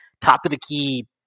top-of-the-key